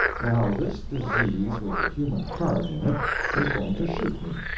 now this disease with a human heart in it is going to shoot me.